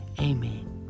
Amen